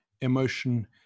emotion